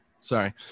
sorry